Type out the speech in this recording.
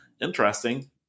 interesting